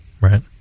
right